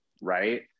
right